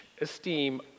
esteem